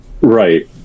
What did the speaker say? Right